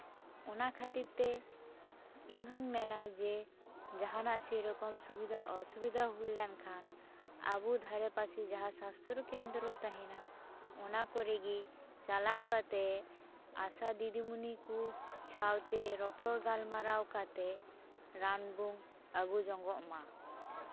ᱚᱱᱟ ᱠᱷᱟᱹᱛᱤᱨ ᱛᱮ ᱤᱧ ᱦᱚᱸᱧ ᱢᱮᱱᱟ ᱡᱮ ᱡᱟᱦᱟᱸᱱᱟᱜ ᱥᱮ ᱨᱚᱠᱚᱢ ᱥᱩᱵᱤᱫᱷᱟ ᱚᱥᱩᱵᱤᱫᱷᱟ ᱦᱩᱭ ᱞᱮᱱᱠᱷᱟᱱ ᱟᱵᱚ ᱫᱷᱟᱨᱮ ᱯᱟᱥᱮ ᱡᱟᱦᱟᱸ ᱥᱟᱥᱛᱷᱚ ᱠᱮᱫᱽᱨᱚ ᱛᱟᱦᱮᱸᱱᱟ ᱚᱱᱟ ᱠᱚᱨᱮ ᱜᱮ ᱪᱟᱞᱟᱣ ᱠᱟᱛᱮᱫ ᱟᱥᱟ ᱫᱤᱫᱤᱢᱚᱱᱤ ᱠᱚ ᱥᱟᱶᱛᱮ ᱨᱚᱯᱚᱲ ᱜᱟᱞᱢᱟᱨᱟᱣ ᱠᱟᱛᱮᱫ ᱨᱟᱱ ᱵᱚᱱ ᱟᱹᱜᱩ ᱡᱚᱱᱚᱜᱼᱢᱟ